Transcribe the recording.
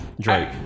Drake